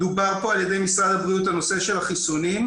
דובר פה על ידי משרד הבריאות הנושא של החיסונים.